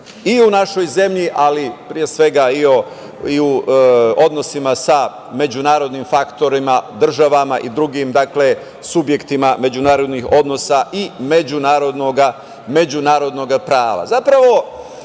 i u našoj zemlji, ali pre svega i u odnosima sa međunarodnim faktorima, državama i drugim subjektima međunarodnih odnosa i međunarodnog